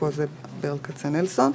בשני זה של ברל כצנלסון.